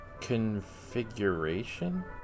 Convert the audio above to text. Configuration